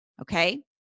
okay